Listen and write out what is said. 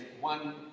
one